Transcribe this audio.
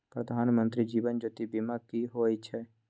प्रधानमंत्री जीवन ज्योती बीमा की होय छै?